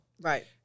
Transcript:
Right